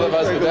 us